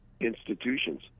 institutions